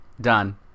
Done